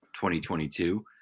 2022